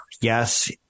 Yes